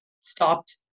stopped